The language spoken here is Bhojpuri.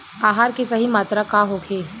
आहार के सही मात्रा का होखे?